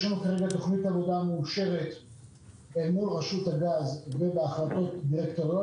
יש תוכנית עבודה מאושרת מול רשות הגז ובהחלטות דירקטוריון